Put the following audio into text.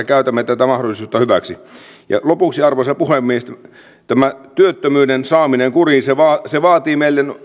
käytämme tätä mahdollisuutta hyväksi lopuksi arvoisa puhemies tämän työttömyyden saaminen kuriin vaatii meiltä